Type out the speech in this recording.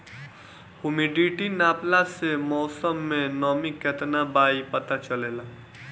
humidity नापला से मौसम में नमी केतना बा इ पता चलेला